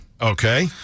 Okay